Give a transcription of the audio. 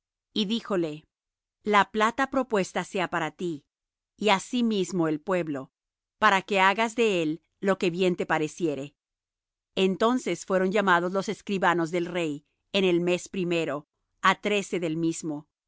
y díjole la plata propuesta sea para ti y asimismo el pueblo para que hagas de él lo que bien te pareciere entonces fueron llamados los escribanos del rey en el mes primero á trece del mismo y